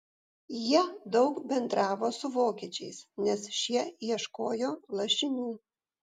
jie daug bendravo su vokiečiais nes šie ieškojo lašinių